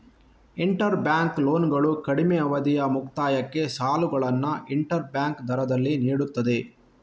inter bank ಲೋನ್ಗಳು ಕಡಿಮೆ ಅವಧಿಯ ಮುಕ್ತಾಯಕ್ಕೆ ಸಾಲಗಳನ್ನು ಇಂಟರ್ ಬ್ಯಾಂಕ್ ದರದಲ್ಲಿ ನೀಡುತ್ತದೆ